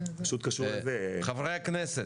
חברי הכנסת,